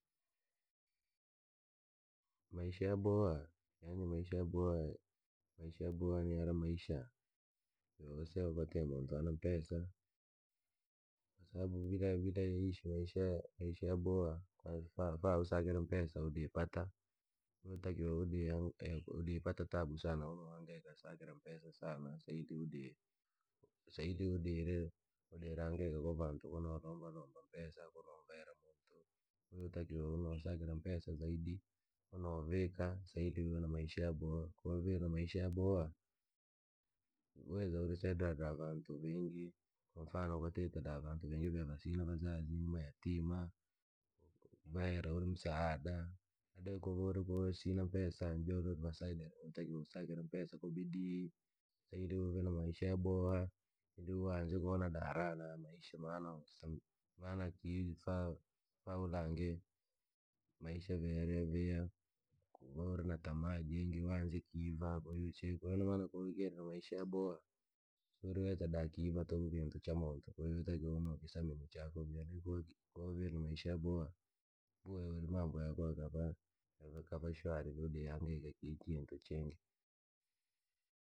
Maisha yaboha, yaani maisha ya boha, maisha ya boha ni jale maisha yasia vatempo na mpesa. Kwasababu bila bila ishi maisha maisha yaboha au faa usakire mpesa udire pata. Yootakiwa udire pata tabu sana unahangaika unasikira mpesa sana saili udire. Saidi udire, udure hangaika kwa vantu kulomba kulomba mpesa, kumlomba muuntu. Yootakiwa unosakira mpesa zaidi, unoovika saili ure na maisha yaboha. ko wavire na maisha yaboha, weza uri saidia na vaantu vingi kwamfano kwatite na vaatu ve vasina vazazi ambao ni mayatima. Vahera uri msaada hadee koo usina mpesa nijoole uri vasaidira, yootakiwa usakire mpesa kwa bidii saili ure na maisha yaboha ili uanze da kona raha ya maisha maana kii fa ulange maisha ve yare vyavihakuvauri na tamaa ni uanze kiiva. Ko inamana ko wavire na maisha yaboha siuriweza da kiiva wala tamani kintu cha muntu ko yotakiwa uno kisamini chako. Ko wavire na maisha yaboha mambo yakava shwari nudia via mani chiingi.